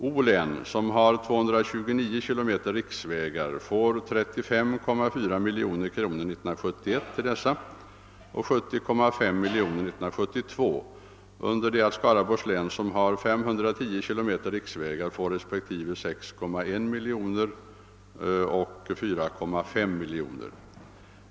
O län, som har 229 km riksvägar, får 35,4 miljoner kronor 1971 till dessa och 70,5 miljoner kronor 1972 under det att R län, som har 510 km riksvägar, får 6,1 miljoner kronor respektive 4,5 miljoner kronor.